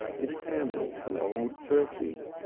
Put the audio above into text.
its hamlets and old churches,